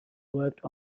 worked